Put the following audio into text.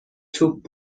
توپ